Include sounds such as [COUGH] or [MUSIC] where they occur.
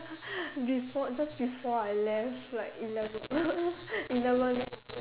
[LAUGHS] before just before I left like eleven [LAUGHS] eleven